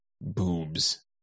boobs